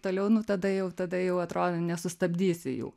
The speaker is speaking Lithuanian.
toliau nu tada jau tada jau atrodo nesustabdysi jų